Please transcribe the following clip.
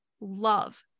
love